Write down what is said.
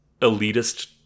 elitist